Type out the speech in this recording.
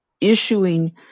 issuing